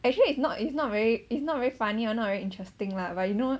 actually it's not it's not very it's not very funny I'm not really interesting lah but you know